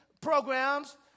programs